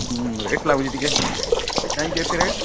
ହୁଁ ଲାଗୁଛି ଟିକେ କାହିଁକି ଏତେ ରେଟ୍